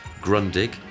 Grundig